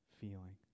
feeling